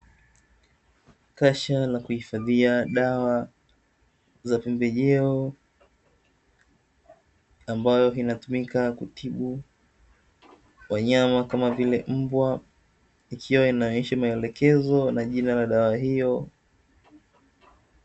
Kasha la kuhifadhia dawa, za pembejeo ambayo inatumika kutibu wanyama kama vile mbwa, ikiwa inaonyesha maelekezo na jina ya dawa hiyo.